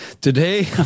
today